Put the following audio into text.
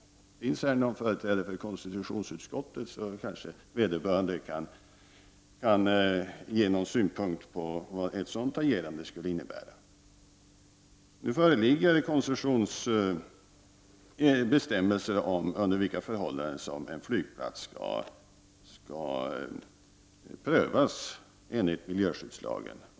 Om det finns någon företrädare här för konstitutionsutskottet, kanske vederbörande kan anlägga synpunkter på vad ett sådant agerande skulle innebära. Det föreligger således koncessionsbestämmelser om under vilka förhållanden som en flygplats skall prövas enligt miljöskyddslagen.